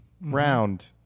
round